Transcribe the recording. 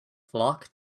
flock